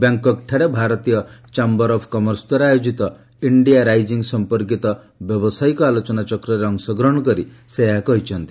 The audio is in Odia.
ବ୍ୟାଙ୍କକଠାରେ ଭାରତୀୟ ଚାମ୍ଘର ଅଫ କମର୍ସ ଦ୍ୱାରା ଆୟୋଜିତ ଇଣ୍ଡିଆ ରାଇଜିଂ ସଂପର୍କିତ ବ୍ୟବସାୟିକ ଆଲୋଚନାଚକ୍ରରେ ଅଂଶଗ୍ରହଣ କରି ସେ ଏହା କହିଛନ୍ତି